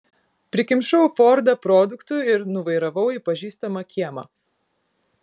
prikimšau fordą produktų ir nuvairavau į pažįstamą kiemą